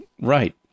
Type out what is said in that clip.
Right